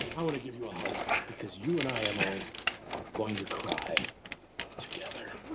i want to give you a hug because you and i emily are going to cry together.